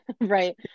Right